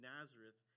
Nazareth